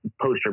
poster